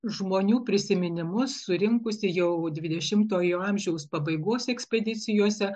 žmonių prisiminimus surinkusi jau dvidešimtojo amžiaus pabaigos ekspedicijose